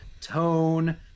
tone